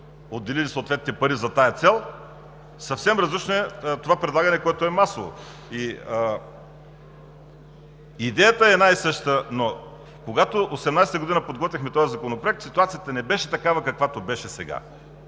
отделили са съответните пари за тази цел, а съвсем различно е предлагането, което е масово. Идеята е една и съща, но когато през 2018 г. подготвяхме този законопроект, ситуацията не беше такава, каквато беше сега.